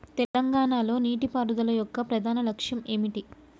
తెలంగాణ లో నీటిపారుదల యొక్క ప్రధాన లక్ష్యం ఏమిటి?